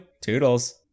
Toodles